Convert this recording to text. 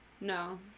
No